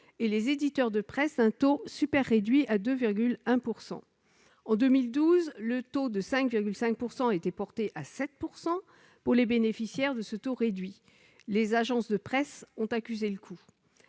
et les éditeurs de presse un taux super-réduit de 2,1 %. En 2012, le taux de 5,5 % a été porté à 7 % pour les bénéficiaires de ce taux réduit. Les agences de presse ont accusé le coup.